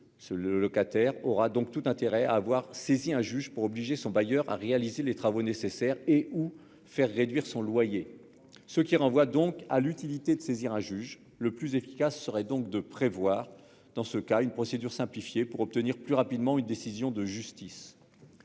le locataire aura donc tout intérêt à avoir saisi un juge pour obliger son bailleur à réaliser les travaux nécessaires ou à faire réduire son loyer. Cela soulève la question de l'opportunité de saisir le juge. Le plus efficace serait donc de prévoir une procédure simplifiée pour obtenir plus rapidement une décision de justice.